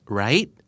right